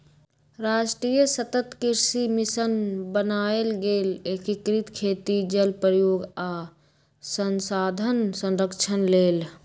राष्ट्रीय सतत कृषि मिशन बनाएल गेल एकीकृत खेती जल प्रयोग आ संसाधन संरक्षण लेल